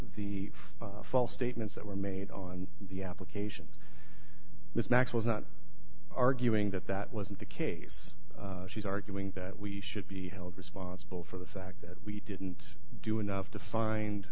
the false statements that were made on the application miss macks was not arguing that that wasn't the case she's arguing that we should be held responsible for the fact that we didn't do enough to find